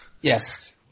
Yes